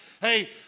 Hey